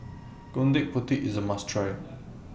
Gudeg Putih IS A must Try